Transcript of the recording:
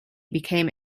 became